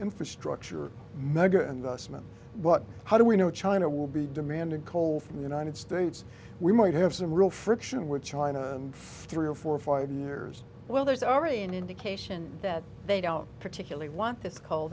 infrastructure mugger investment but how do we know china will be demanded coal from the united states we might have some real friction with china three or four or five years will there's already an indication that they don't particularly want this coal